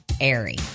Airy